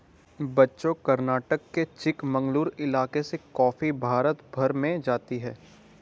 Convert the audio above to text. बच्चों कर्नाटक के चिकमंगलूर इलाके से कॉफी भारत भर में जाती है